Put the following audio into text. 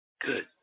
Good